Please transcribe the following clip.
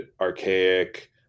archaic